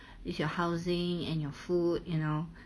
is your housing and your food you know